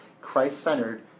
Christ-centered